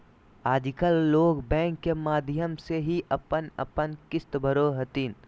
आजकल लोग बैंक के माध्यम से ही अपन अपन किश्त भरो हथिन